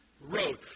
road